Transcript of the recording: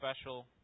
special